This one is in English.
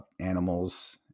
animals